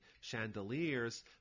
chandeliers